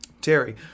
Terry